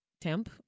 temp